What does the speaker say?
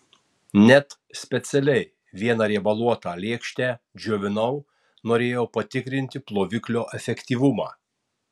net specialiai vieną riebaluotą lėkštę džiovinau norėjau patikrinti ploviklio efektyvumą